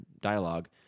dialogue